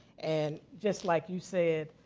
and just like you said,